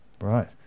Right